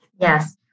Yes